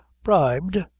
bribed!